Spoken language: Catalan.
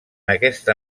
aquesta